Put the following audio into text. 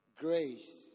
grace